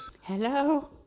Hello